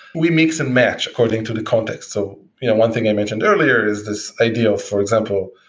we mix and match according to the context. so you know one thing i mentioned earlier is this idea of for example,